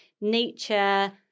nature